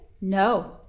No